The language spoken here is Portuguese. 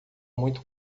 muito